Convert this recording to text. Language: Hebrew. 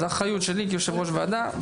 זה אחריות שלי כיושב-ראש ועדה.